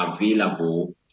available